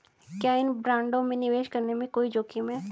क्या इन बॉन्डों में निवेश करने में कोई जोखिम है?